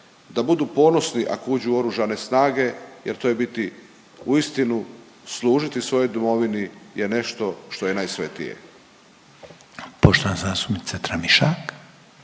da budu ponosni ako uđu u Oružane snage jer to je u biti, uistinu služiti svojoj domovini je nešto što je najsvetije. **Reiner,